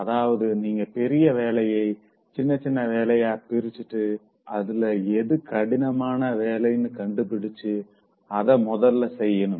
அதாவது நீங்க பெரிய வேலைய சின்ன சின்ன வேலையா பிரிச்சிட்டு அதுல எது கடினமான வேலனு கண்டுபிடிச்சு அத முதல்ல செய்யணும்